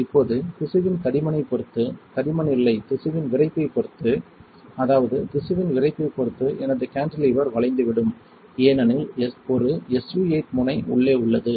இப்போது திசுவின் தடிமனைப் பொறுத்து தடிமன் இல்லை திசுவின் விறைப்பைப் பொறுத்து அதாவது திசுவின் விறைப்பைப் பொறுத்து எனது கான்டிலீவர் வளைந்துவிடும் ஏனெனில் ஒரு SU 8 முனை உள்ளே உள்ளது